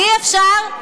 אי-אפשר,